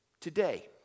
today